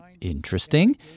interesting